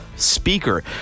speaker